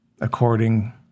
according